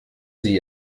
sie